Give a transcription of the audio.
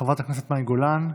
חברת הכנסת מאי גולן,